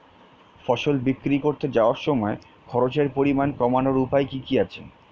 ফসল বিক্রি করতে যাওয়ার সময় খরচের পরিমাণ কমানোর উপায় কি কি আছে?